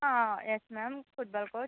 yes ma'am football coach